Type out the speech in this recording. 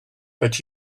but